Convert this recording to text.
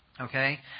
Okay